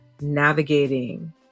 navigating